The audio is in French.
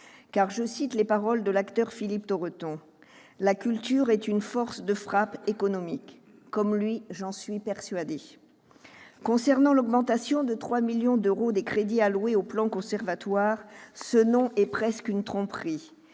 pour citer les paroles de l'acteur Philippe Torreton, « la culture est une force de frappe économique »; comme lui, j'en suis persuadée. Concernant l'augmentation de 3 millions d'euros des crédits alloués au plan Conservatoires, ce nom est presque une tromperie